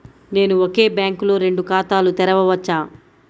నేను ఒకే బ్యాంకులో రెండు ఖాతాలు తెరవవచ్చా?